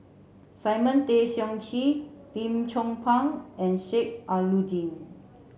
Simon Tay Seong Chee Lim Chong Pang and Sheik Alau'ddin